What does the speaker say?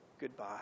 goodbye